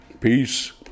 Peace